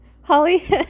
Holly